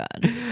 god